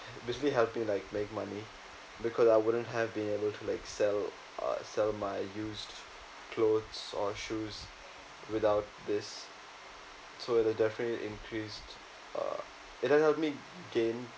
basically helping like make money because I wouldn't have been able to like sell uh sell my used clothes or shoes without this so it definitely increased uh it does help me gain